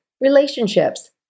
relationships